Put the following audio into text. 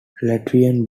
latvian